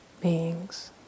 beings